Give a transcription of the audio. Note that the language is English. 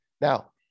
Now